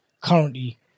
Currently